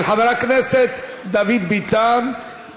של חבר הכנסת דוד ביטן.